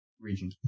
region